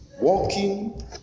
walking